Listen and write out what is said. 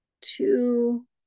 two